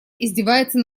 издевается